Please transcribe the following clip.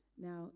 Now